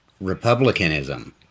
republicanism